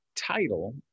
title